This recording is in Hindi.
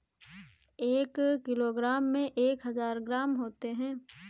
एक किलोग्राम में एक हजार ग्राम होते हैं